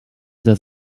does